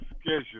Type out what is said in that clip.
schedule